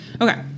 Okay